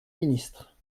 ministre